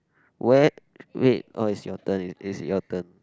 where wait orh it's your turn it is your turn